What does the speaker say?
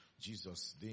Jesus